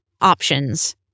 options